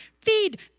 Feed